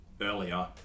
earlier